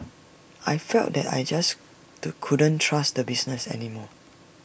I felt that I just to couldn't trust the business any more